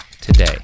today